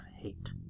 hate